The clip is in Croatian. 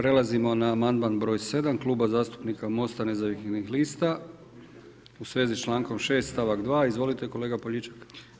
Prelazimo na amandman broj 7 Kluba zastupnika Mosta nezavisnih lista u svezi s člankom 6. stavak 2. Izvolite kolega Poljičak.